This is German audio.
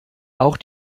auch